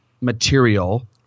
material